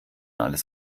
alles